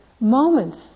Moments